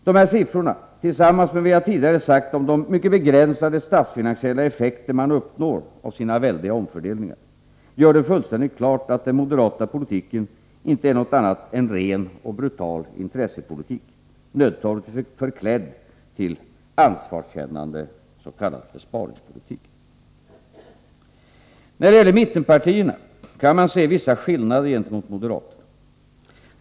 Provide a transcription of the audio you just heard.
Dessa siffror, tillsammans med vad jag tidigare sagt om de mycket begränsade statsfinansiella effekter man uppnår med dessa väldiga omfördelningar, gör det fullständigt klart att den moderata politiken inte är någonting annat än en ren och brutal intressepolitik, nödtorftigt förklädd till ansvarskännande s.k. sparpolitik. Man kan se vissa skillnader mellan mittenpartierna och moderaterna.